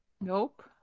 Nope